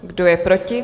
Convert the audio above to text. Kdo je proti?